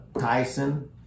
Tyson